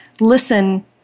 listen